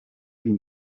been